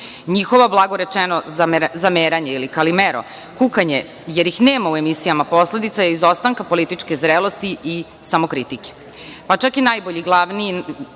Njihovo, blago rečeno, zameranje ili Kalimero, kukanje jer ih nema u emisijama, posledica je izostanka političke zrelosti i samokritike. Pa čak i najbolji glavni